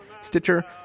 Stitcher